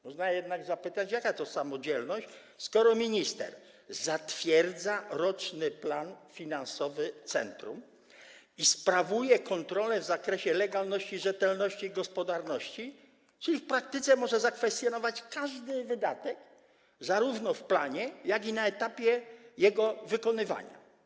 Można jednak zapytać, o jaką to samodzielność chodzi, skoro minister zatwierdza roczny plan finansowy centrum i sprawuje kontrolę w zakresie legalności, rzetelności i gospodarności, czyli w praktyce może zakwestionować każdy wydatek zarówno w planie, jak i na etapie wykonywania planu.